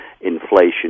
inflation